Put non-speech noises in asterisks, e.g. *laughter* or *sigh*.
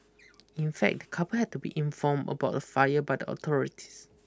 *noise* in fact the couple had to be informed about the fire by the authorities